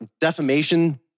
defamation